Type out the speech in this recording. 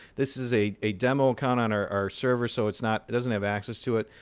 this is a a demo account on our server, so it's not it doesn't have access to it,